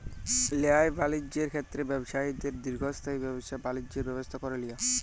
ল্যায় বালিজ্যের ক্ষেত্রে ব্যবছায়ীদের দীর্ঘস্থায়ী ব্যাবছা বালিজ্যের ব্যবস্থা ক্যরে লিয়া